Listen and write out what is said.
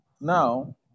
now